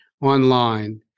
online